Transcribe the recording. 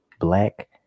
black